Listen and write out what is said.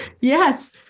Yes